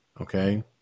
okay